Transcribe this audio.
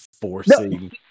forcing